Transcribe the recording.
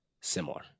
similar